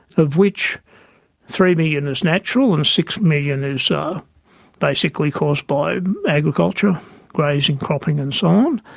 of which three million is natural and six million is so basically caused by agriculture grazing, cropping and so on.